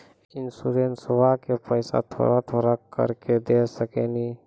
इंश्योरेंसबा के पैसा थोड़ा थोड़ा करके दे सकेनी?